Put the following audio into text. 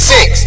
Six